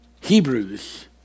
Hebrews